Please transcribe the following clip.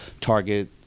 target